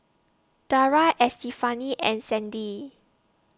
Daria Estefani and Sandy